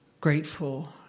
grateful